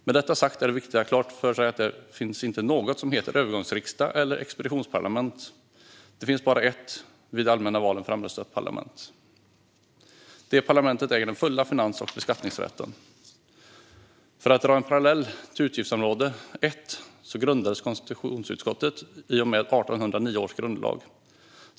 Med detta sagt är det viktigt att ha klart för sig att det inte finns något som heter övergångsriksdag eller expeditionsparlament. Det finns bara ett vid de allmänna valen framröstat parlament. Det parlamentet äger den fulla finans och beskattningsrätten. Jag kan dra en parallell till utgiftsområde 1. Konstitutionsutskottet grundades i och med 1809 års grundlag.